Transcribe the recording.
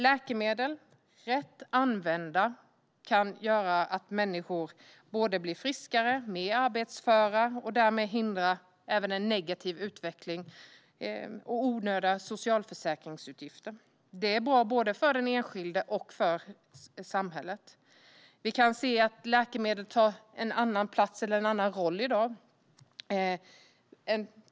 Läkemedel kan rätt använda göra att människor blir både friskare och mer arbetsföra, och de hindrar därmed även en negativ utveckling och onödiga socialförsäkringsutgifter. Det är bra både för den enskilde och för samhället. Vi kan se att läkemedel har en annan roll i dag.